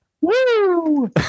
Woo